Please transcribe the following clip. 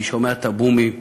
אני שומע את ה"בומים",